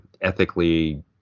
ethically